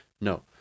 No